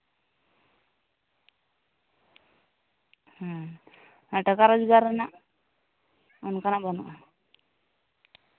ᱦᱩᱸ ᱦᱮᱸ ᱴᱟᱠᱟ ᱨᱚᱡᱜᱟᱨ ᱨᱮᱱᱟᱜ ᱚᱱᱠᱟᱱᱟᱜ ᱵᱟᱹᱱᱩᱜᱼᱟ